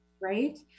Right